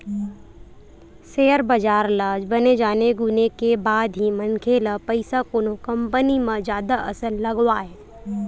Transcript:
share बजार ल बने जाने गुने के बाद ही मनखे ल पइसा कोनो कंपनी म जादा असन लगवाय